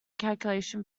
calculation